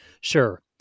Sure